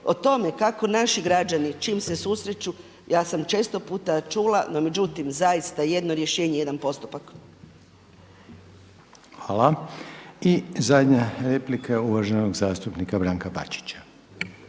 O tome kako naši građani s čim se susreću ja sam često puta čula, no međutim zaista jedno rješenje, jedan postupak. **Reiner, Željko (HDZ)** Hvala. I zadnja replika uvaženog zastupnika Branka Bačića.